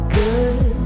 good